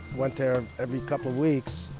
went there every couple of weeks.